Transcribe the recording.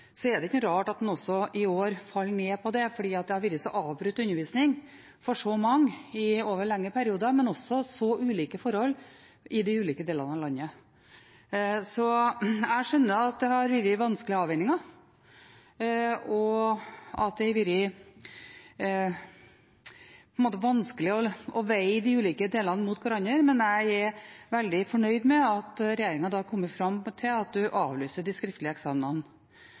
er det ikke rart at en også i år faller ned på det. Undervisningen har vært avbrutt for mange over lengre perioder, og det har også vært ulike forhold i de ulike delene av landet. Jeg skjønner at det har vært vanskelige avveininger, og at det har vært vanskelig å veie de ulike delene mot hverandre, men jeg er veldig fornøyd med at regjeringen har kommet fram til å avlyse de skriftlige eksamenene.